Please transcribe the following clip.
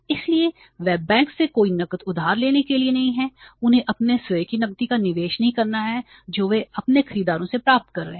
इसलिए वे बैंक से कोई नकद उधार लेने के लिए नहीं हैं उन्हें अपने स्वयं के नकदी का निवेश नहीं करना है जो वे अपने खरीदारों से प्राप्त कर रहे हैं